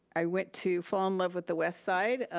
i went to fall in love with the west side.